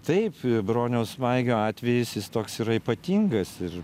taip broniaus maigio atvejis jis toks yra ypatingas ir